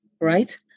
right